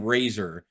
Razor